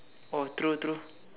oh true true